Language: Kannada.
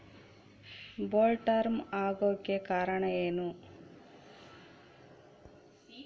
ಬೊಲ್ವರ್ಮ್ ಆಗೋಕೆ ಕಾರಣ ಏನು?